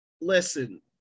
listen